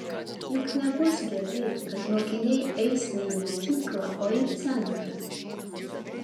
juk nebus gerai kad mokiniai eis ne į mokyklą o į centrą